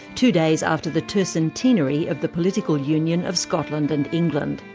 two days after the tercentenary of the political union of scotland and england.